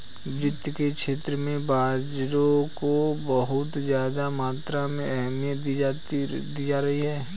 वित्त के क्षेत्र में बाजारों को बहुत ज्यादा मात्रा में अहमियत दी जाती रही है